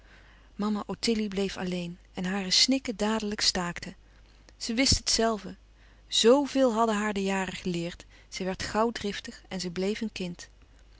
mama ottilie bleef alleen en hare snikken dadelijk staakten ze wist het zelve z veel hadden haar de jaren geleerd zij louis couperus van oude menschen de dingen die voorbij gaan werd gauw driftig en ze bleef een kind